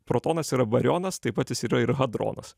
protonas yra barionas taip pat jis yra ir hadronas